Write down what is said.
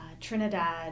Trinidad